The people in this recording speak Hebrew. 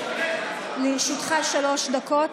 לרשותך שלוש דקות.